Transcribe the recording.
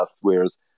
whereas